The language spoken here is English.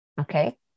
Okay